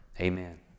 Amen